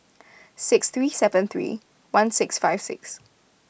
six three seven three one six five six